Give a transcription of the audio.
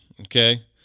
okay